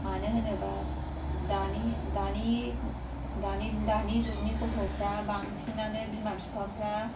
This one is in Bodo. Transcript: मानो होनोबा दानि दानि दानि दानि जुगनि गथ'फ्रा बांसिनानो बिमा बिफाफ्रा